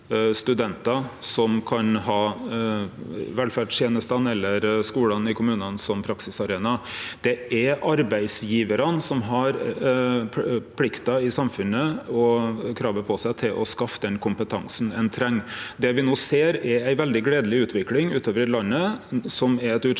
studentar som kan ha velferdstenestene eller skulane i kommunane som praksisarena. Det er arbeidsgjevarane som har plikta i samfunnet og kravet på seg til å skaffe den kompetansen ein treng. Det me no ser, er ei veldig gledeleg utvikling utover i landet, som er eit utslag